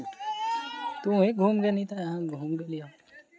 credit card सं बिलक भुगतान करै पर सुविधा शुल्क लागै छै